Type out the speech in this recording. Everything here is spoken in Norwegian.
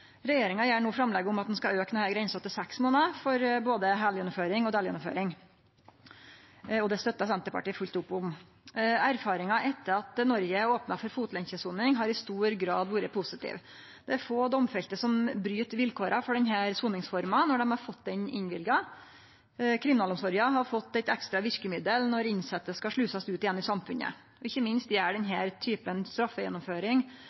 Regjeringa gjer no framlegg om at ein skal auke denne grensa til seks månader for både heilgjennomføring og delgjennomføring. Dette støttar Senterpartiet fullt opp om. Erfaringa etter at Noreg opna for fotlenkjesoning, har i stor grad vore positiv. Det er få domfelte som bryt vilkåra for denne soningsforma når dei har fått det innvilga. Kriminalomsorga har fått eit ekstra verkemiddel når innsette skal slusast ut igjen i samfunnet. Ikkje minst gjer denne typen straffegjennomføring